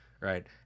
Right